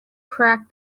crack